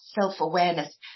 self-awareness